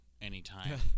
anytime